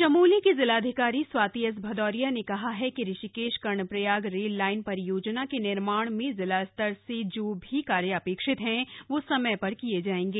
चमोली की जिलाधिकारी स्वाति एस भदौरिया ने कहा है कि ऋषिकेश कर्णप्रयाग रेल लाइन परियोजना के निर्माण में जिला स्तर से जो भी कार्य अपेक्षित है वह समय पर किए जाएंगे